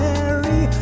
Mary